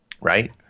Right